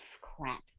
crap